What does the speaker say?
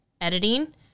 editing